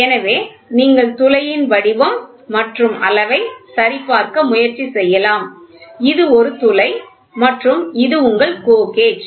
எனவே நீங்கள் துளையின் வடிவம் மற்றும் அளவை சரிபார்க்க முயற்சி செய்யலாம் இது ஒரு துளை மற்றும் இது உங்கள் GO கேஜ்